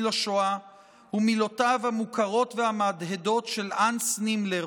לשואה היא מילותיו המוכרות והמהדהדות של הנס נימלר,